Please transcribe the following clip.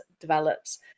develops